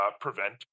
prevent